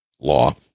law